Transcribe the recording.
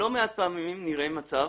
לא מעט פעמים נראה מצב